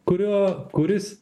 kuriuo kuris